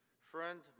friend